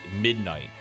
midnight